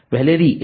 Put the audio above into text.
Valéry A